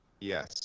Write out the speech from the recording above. Yes